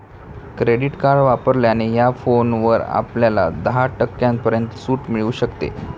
credit card वापरल्याने या फोनवर आपल्याला दहा टक्क्यांपर्यंत सूट मिळू शकते